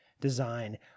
design